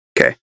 Okay